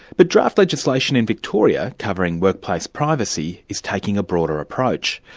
but draft legislation in victoria, covering workplace privacy, is taking a broader approach.